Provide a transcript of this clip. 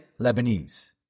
Lebanese